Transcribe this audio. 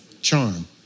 Charm